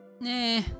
Nah